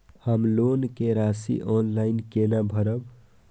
हम लोन के राशि ऑनलाइन केना भरब?